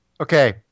Okay